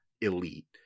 elite